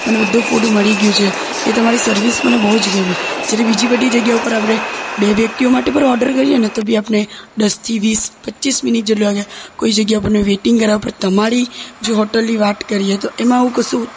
મને બધું જ ફૂડ મળી ગ્યું છે એ તમારી સર્વિસ મને બહુ જ ગમી જ્યારે બીજી બધી જગ્યા ઉપર આપણે બે વ્યક્તિઓ માટે પણ ઓડર કરીએ ને તો બી આપને દસથી વીસ પચીસ મિનિટ જેટલું લાગે કોઈ જગ્યા પર વેટિંગ કરાવે પર તમારી જો હોટલની વાત કરીએ તો એમાં આવું કશું